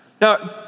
Now